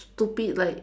stupid like